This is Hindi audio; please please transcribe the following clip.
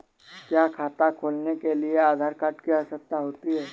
क्या खाता खोलने के लिए आधार कार्ड की आवश्यकता होती है?